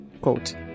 Quote